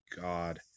God